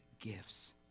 gifts